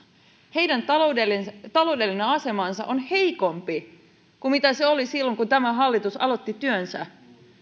heidän taloudellinen taloudellinen asemansa on heikompi kuin mitä se oli silloin kun tämä hallitus aloitti työnsä